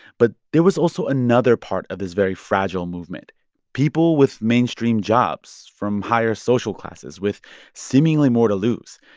but there was also another part of this very fragile movement people with mainstream jobs from higher social classes with seemingly more to lose.